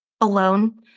alone